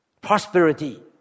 prosperity